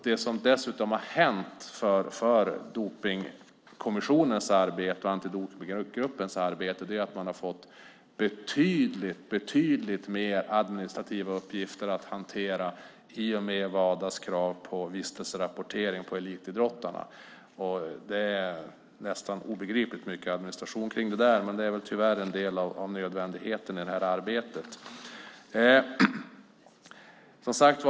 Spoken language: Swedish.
Det som dessutom har hänt är att Dopingkommissionen och antidopningsgruppen har fått betydligt fler administrativa uppgifter att hantera i och med Wadas krav på vistelserapportering när det gäller elitidrottarna. Det är nästan obegripligt mycket administration kring detta. Men det är tyvärr en del av nödvändigheten i detta arbete.